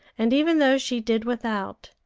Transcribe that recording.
and even though she did without,